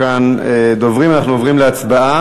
יציג את החוק השר יעקב פרי בשם שר החקלאות.